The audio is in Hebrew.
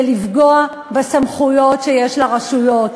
זה לפגוע בסמכויות שיש לרשויות.